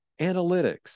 analytics